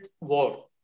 war